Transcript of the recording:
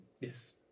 Yes